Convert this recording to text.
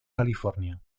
california